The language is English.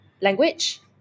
language